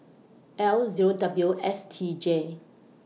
L Zero W S T J